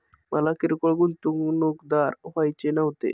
मला किरकोळ गुंतवणूकदार व्हायचे नव्हते